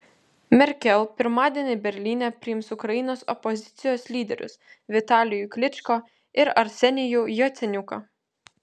merkel pirmadienį berlyne priims ukrainos opozicijos lyderius vitalijų klyčko ir arsenijų jaceniuką